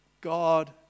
God